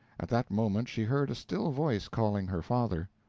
at that moment she heard a still voice calling her father.